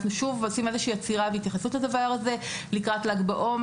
אנחנו מנצלים את ההזדמנות כדי לעשות שיח עם הילדים גם לקראת ל"ג בעומר,